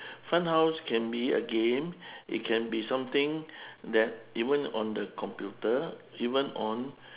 fun house can be a game it can be something that even on the computer even on